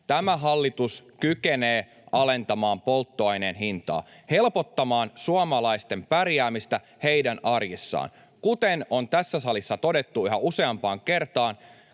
Tämä hallitus kykenee alentamaan polttoaineen hintaa, helpottamaan suomalaisten pärjäämistä heidän arjessaan. Kuten on tässä salissa todettu yhä useampaan kertaan